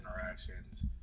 interactions